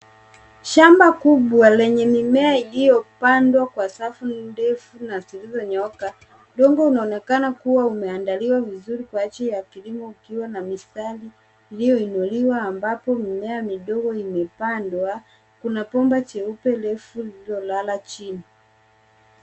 Shamba kubwa lenye mimea iliyopandwa kwa safu ndefu na zilizonyooka. Udongo unaonekana kuwa umeandaliwa vizuri kwa ajili ya kilimo, ukiwa na mistari iliyoinuliwa ambapo mimea midogo imepandwa. Kuna bomba jeupe refu lililolala chini.